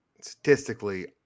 statistically